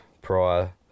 prior